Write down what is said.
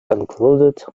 concluded